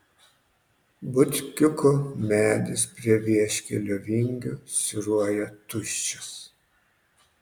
butkiuko medis prie vieškelio vingio siūruoja tuščias